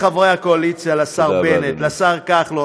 ואני פונה לחברי הקואליציה, לשר בנט, לשר כחלון,